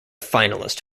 finalist